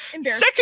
Second